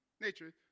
nature